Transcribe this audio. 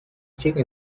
chica